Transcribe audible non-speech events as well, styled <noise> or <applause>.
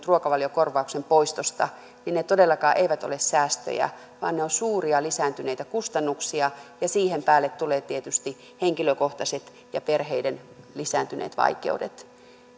<unintelligible> ruokavaliokorvauksen poistosta niin ne todellakaan eivät ole säästöjä vaan ne ovat suuria lisääntyneitä kustannuksia ja siihen päälle tulevat tietysti henkilökohtaiset ja perheiden lisääntyneet vaikeudet